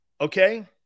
Okay